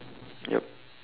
yup